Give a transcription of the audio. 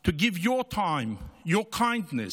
to give your time, your kindness,